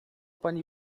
pani